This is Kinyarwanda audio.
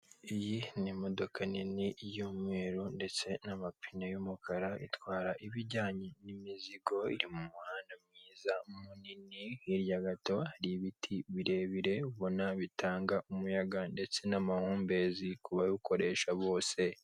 Iyi ni imodoka nini y'umweru ndetse n'amapine y'umukara, itwara ibijyanye n'imizigo iri mu muhanda mwiza munini, hirya gato hari ibiti birebire ubona bitanga umuyaga ndetse n'amahumbezi ku babikoresha bose.